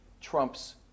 trumps